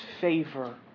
favor